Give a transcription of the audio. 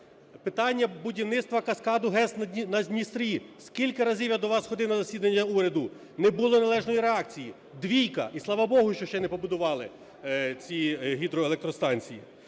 питання будівництва каскаду ГЕС на Дністрі. Скільки раз я ходив до вас на засідання уряду? Не було належної реакції – двійка! І Слава Богу, що ще не побудували ці гідроелектростанції.